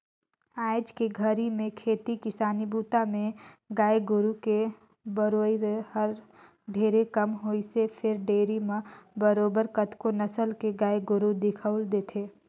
आयज के घरी में खेती किसानी बूता में गाय गोरु के बउरई हर ढेरे कम होइसे फेर डेयरी म बरोबर कतको नसल के गाय गोरु दिखउल देथे